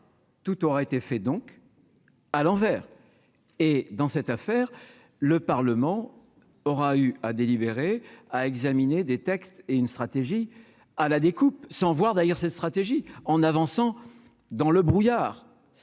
tout aura été fait, donc à l'envers et dans cette affaire, le Parlement aura eu à délibérer à examiner des textes et une stratégie à la découpe sans voir d'ailleurs cette stratégie en avançant dans le brouillard,